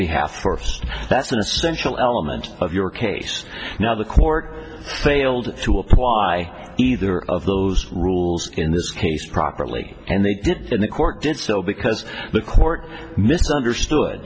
essential element of your case now the court failed to apply either of those rules in this case properly and they did in the court did so because the court misunderstood